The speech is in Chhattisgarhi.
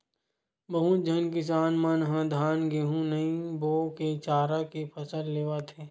बहुत झन किसान मन ह धान, गहूँ नइ बो के चारा के फसल लेवत हे